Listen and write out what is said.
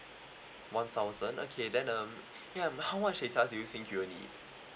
one thousand okay then um ya how much data do you think you would need